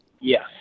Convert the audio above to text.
Yes